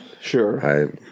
Sure